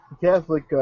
Catholic